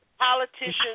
Politicians